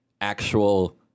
actual